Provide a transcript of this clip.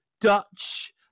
Dutch